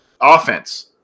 offense